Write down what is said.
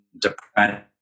depression